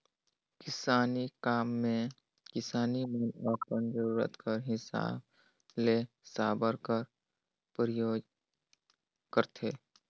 किसानी काम मे किसान मन अपन जरूरत कर हिसाब ले साबर कर परियोग करथे